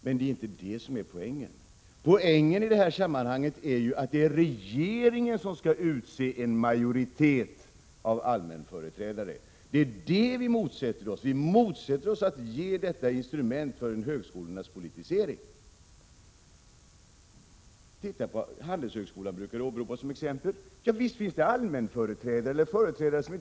Men det är inte det som är poängen utan den är att det är regeringen som skall utse en majoritet av allmänföreträdare, och det vänder vi oss mot. Vi motsätter oss att man skall skapa detta instrument för en politisering av högskolorna. Handelshögskolan brukar åberopas som ett exempel. Visst finns det där företrädare som inte tillhör verksamheten.